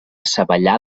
savallà